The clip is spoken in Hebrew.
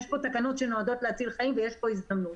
שמיועדות להציל חיים ויש פה הזדמנות.